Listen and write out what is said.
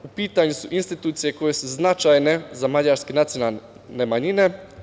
U pitanju su institucije koje su značajne za mađarske nacionalne manjine.